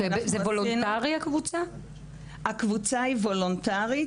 הקבוצה וולונטארית,